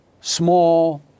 small